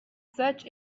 such